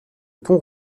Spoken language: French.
pont